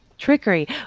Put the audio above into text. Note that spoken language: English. Trickery